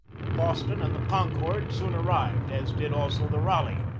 the boston and the concord soon arrived, as did also the raleigh,